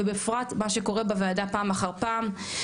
ובפרט מה שקורה בוועדה פעם אחר פעם,